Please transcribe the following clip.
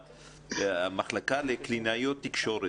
המחלקה לקלינאיות תקשורת.